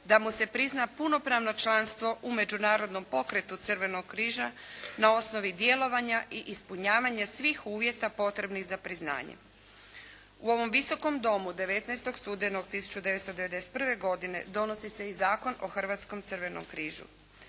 da mu se prizna punopravno članstvo u međunarodnog pokretu Crvenog križa na osnovi djelovanja i ispunjavanja svih uvjeta potrebnih za priznanje. U ovom Visokom domu 19. studenog 1991. godine donosi se i Zakon o Hrvatskom crvenom križu.